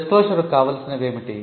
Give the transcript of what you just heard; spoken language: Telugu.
డిస్క్లోషర్ కు కావలసినవి ఏమిటి